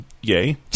Yay